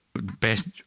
best